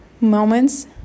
moments